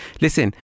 listen